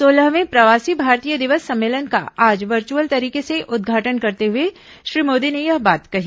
सोलहवें प्रवासी भारतीय दिवस सम्मेलन का आज वर्चुअल तरीके से उद्घाटन करते हुए श्री मोदी ने यह बात कही